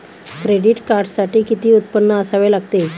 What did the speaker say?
Credit कार्डसाठी किती उत्पन्न असावे लागते?